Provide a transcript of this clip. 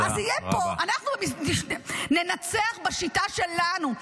אז יהיה פה, אנחנו ננצח בשיטה שלנו.